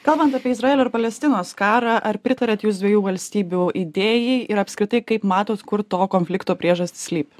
kalbant apie izraelio ir palestinos karą ar pritariat jūs dviejų valstybių idėjai ir apskritai kaip matot kur to konflikto priežastys slypi